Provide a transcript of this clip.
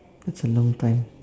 that's a long time